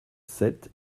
sept